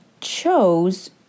chose